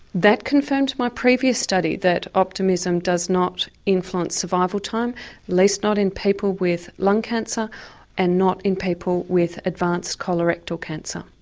that confirmed my previous study, that optimism does not influence survival time at least not in people with lung cancer and not in people with advanced colorectal cancer.